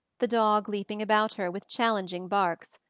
the dog leaping about her with challenging barks.